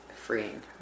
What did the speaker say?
Freeing